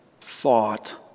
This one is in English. thought